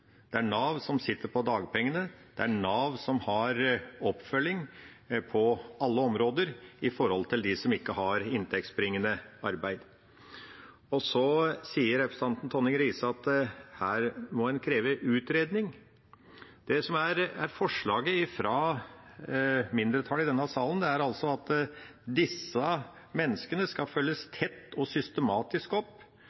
oppfølging på alle områder som gjelder dem som ikke har inntektsbringende arbeid. Så sier representanten Tonning Riise at her må en kreve utredning. Det som er forslaget fra mindretallet i denne salen, er at disse menneskene skal følges